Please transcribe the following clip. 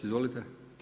Izvolite.